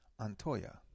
Antoya